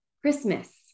Christmas